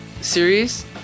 series